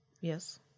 Yes